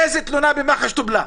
איזה תלונה במח"ש טופלה?